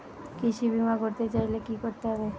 কৃষি বিমা করতে চাইলে কি করতে হবে?